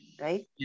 Right